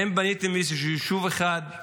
האם בניתם איזשהו יישוב אחד?